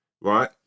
Right